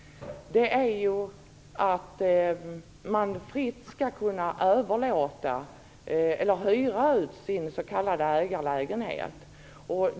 Man skall fritt kunna hyra ut sin s.k. ägarlägenhet.